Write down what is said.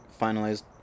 finalized